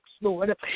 Lord